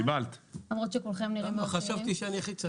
למרות שכולכם נראים מאוד צעירים.